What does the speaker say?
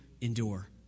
endure